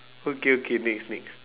okay okay next next